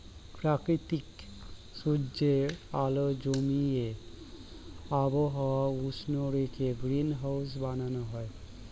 প্রাকৃতিক সূর্যের আলো জমিয়ে আবহাওয়া উষ্ণ রেখে গ্রিনহাউস বানানো হয়